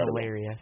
hilarious